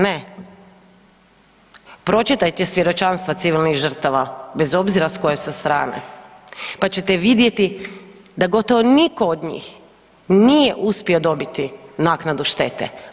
Ne, pročitajte svjedočanstva civilnih žrtava bez obzira s koje su strane pa čete vidjeti da gotovo nitko od njih nije uspio dobiti naknadu štete.